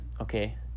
okay